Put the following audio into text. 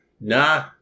Nah